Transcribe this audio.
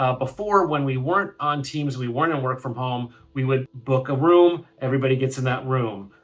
ah before, when we weren't on teams, we weren't in work from home, we would book a room, everybody gets in that room.